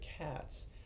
cats